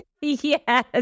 Yes